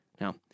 now